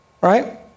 right